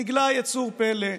/ נגלה יצור פלא,